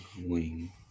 wing